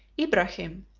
ibrahim,